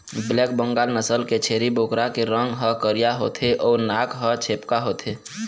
black Bengal नसल के छेरी बोकरा के रंग ह करिया होथे अउ नाक ह छेपका होथे